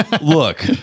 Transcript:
Look